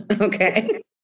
Okay